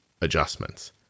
adjustments